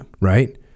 right